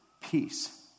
peace